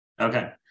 Okay